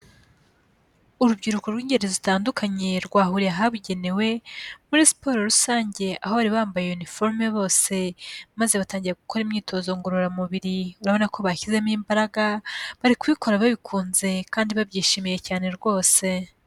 Urubyiruko rw'ingeri zitandukanye rwahuriye ahabugenewe, muri siporo rusange aho bari bambaye uniformes bose. Maze batangira gukora imyitozo ngororamubiri, urabona ko bashyizemo imbaraga, bari kubikora babikunze kandi babyishimiye cyane rwose.